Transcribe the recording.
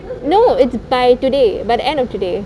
no it's by today by the end of today